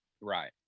Right